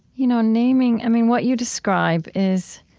you know naming i mean, what you describe is